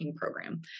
program